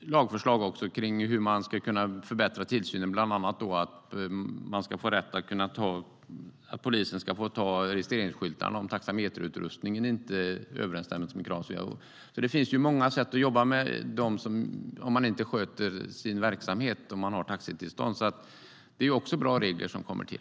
lagförslag om hur man ska kunna förbättra tillsynen, bland annat att polisen ska få ta registreringsskyltarna om taxameterutrustningen inte uppfyller kraven. Det finns många sätt att jobba med detta för att de som har taxitillstånd ska sköta sin verksamhet. Det är också bra regler som införs.